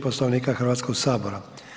Poslovnika Hrvatskoga sabora.